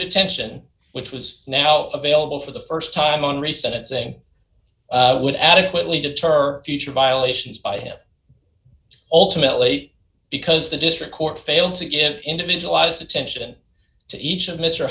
detention which was now available for the st time on recent saying would adequately deter future violations by him ultimately because the district court failed to give individualized attention to each of mr